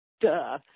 duh